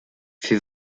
fut